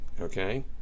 okay